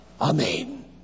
Amen